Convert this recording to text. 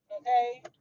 Okay